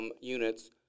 units